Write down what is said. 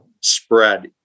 spread